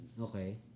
okay